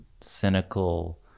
cynical